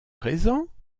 présents